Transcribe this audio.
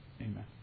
Amen